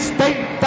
State